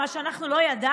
מה שאנחנו לא ידענו,